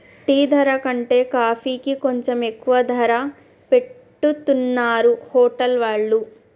tea ధర కంటే కాఫీకి కొంచెం ఎక్కువ ధర పెట్టుతున్నరు హోటల్ వాళ్ళు